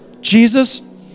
Jesus